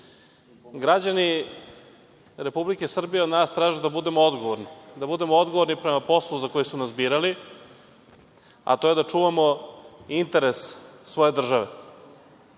Građani Republike Srbije traže od nas da budemo odgovorni, da budemo odgovorni prema poslu za koji su nas birali, a to je da čuvamo interes svoje države. Ustavni